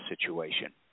situation